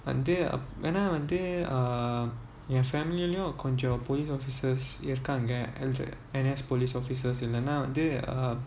ஆனா வந்து என்:aana vanthu en family லயும் கொஞ்சம்:layum konjam police officers இருக்காங்க:irukaanga N_S police officers என்னனா வந்து:ennanaa vanthu uh um